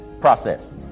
process